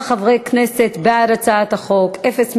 ההצעה להעביר את הצעת חוק זכויות הדייר בדיור הציבורי (תיקון מס' 6)